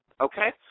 Okay